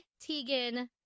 Teigen